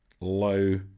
low